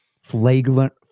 flagrant